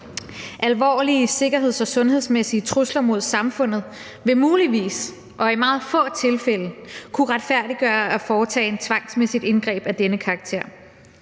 Alvorlige sikkerhedsmæssige og sundhedsmæssige trusler mod samfundet vil muligvis og i meget få tilfælde kunne retfærdiggøre at foretage et tvangsmæssigt indgreb af denne karakter.